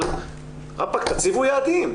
אבל תציבו יעדים.